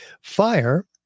fire